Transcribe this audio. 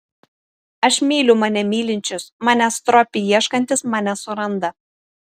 aš myliu mane mylinčius manęs stropiai ieškantys mane suranda